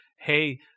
Hey